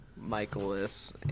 Michaelis